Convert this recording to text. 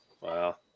Wow